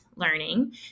learning